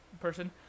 person